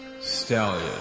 Stallion